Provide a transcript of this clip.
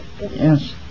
Yes